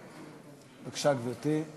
בבקשה, גברתי.